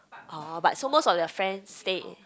orh but so most of your friends stay in